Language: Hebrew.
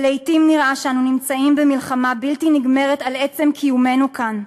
ולעתים נראה שאנו נמצאים במלחמה בלתי נגמרת על עצם קיומנו כאן.